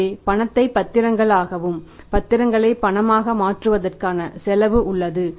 எனவே பணத்தை பத்திரங்கள் ஆகவும் பத்திரங்களை பணமாக மாற்றுவதற்கான செலவு உள்ளது